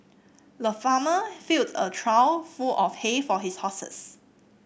the farmer filled a trough full of hay for his horses